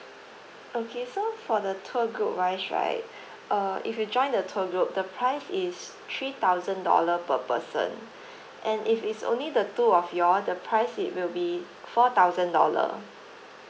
okay so for the tour group wise right uh if you join the tour group the price is three thousand dollar per person and if it's only the two of y'all the price it will be four thousand dollar